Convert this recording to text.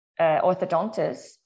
orthodontists